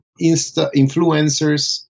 influencers